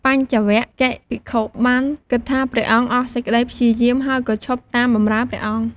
បញ្ចវគិ្គយ៍ភិក្ខុបានគិតថាព្រះអង្គអស់សេចក្តីព្យាយាម ហើយក៏ឈប់តាមបម្រើព្រះអង្គ។